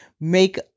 make